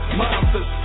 monsters